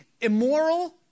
immoral